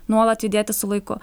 nuolat judėti su laiku